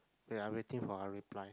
wait ah waiting for her reply